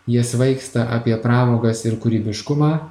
jie svaigsta apie pramogas ir kūrybiškumą